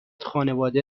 خانواده